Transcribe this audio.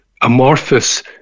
amorphous